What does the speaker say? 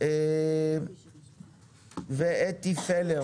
אתי פלר